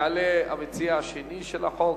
יעלה המציע השני של החוק,